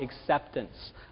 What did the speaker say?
acceptance